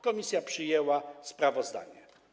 Komisja przyjęła sprawozdanie.